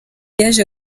yaje